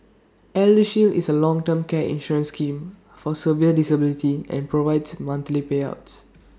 eldershield is A long term care insurance scheme for severe disability and provides monthly payouts